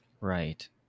Right